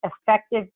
effective